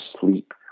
sleep